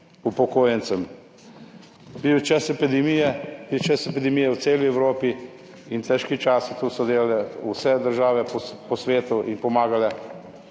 upokojencem. Bil je čas epidemije, čas epidemije v celi Evropi in težki časi. To so delale vse države po svetu in pomagale,